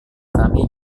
kami